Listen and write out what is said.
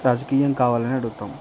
రాజకీయం కావాలని అడుగుతాము